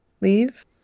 leave